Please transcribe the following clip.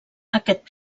aquest